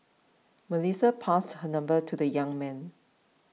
Melissa passed her number to the young man